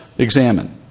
examine